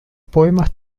poemas